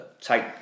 take